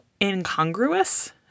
incongruous